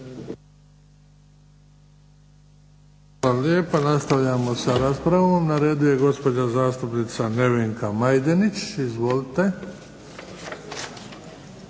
Hvala lijepa. Nastavljamo sa raspravom. Na redu je gospođa zastupnica Nevenka Majdenić. Izvolite.